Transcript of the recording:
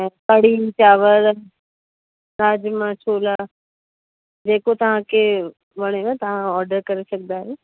ऐं कढ़ी चांवर राजमा छोला जेको तव्हांखे वणेव तव्हां ऑर्डर करे सघंदा आहियो